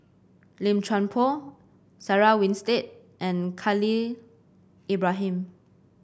Lim Chuan Poh Sarah Winstedt and Khalil Ibrahim